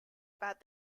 about